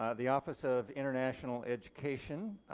the office of international education,